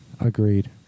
agreed